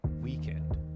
weekend